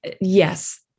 Yes